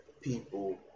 people